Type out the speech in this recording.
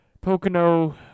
Pocono